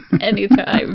Anytime